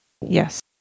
Yes